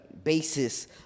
basis